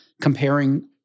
comparing